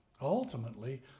Ultimately